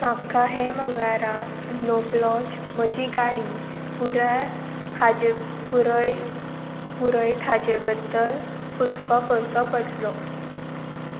म्हाका हे मंगळारा स्नो प्लॉच म्हजी गाडी पुराय हाजे पुरय पुरयत हाजे बद्दल हुस्को करचो पडटलो